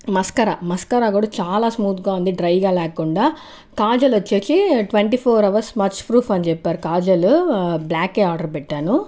mascara mascara కూడా చాలా స్మూత్గా ఉంది డ్రైగా లేకుండా కాజల్ వచ్చేసి twenty four hours smudge proof అని చెప్పారు కాజలు బ్లాకే ఆర్డర్ పెట్టాను